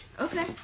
Okay